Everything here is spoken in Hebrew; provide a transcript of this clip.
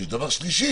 ויש דבר שלישי,